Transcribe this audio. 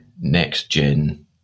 next-gen